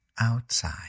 outside